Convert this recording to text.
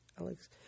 Alex